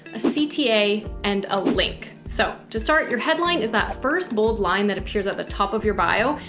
a cta, and a link. so just start your headline is that first bold line that appears at the top of your bio.